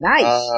Nice